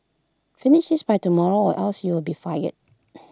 finish this by tomorrow or else you'll be fired